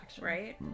right